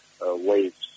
waves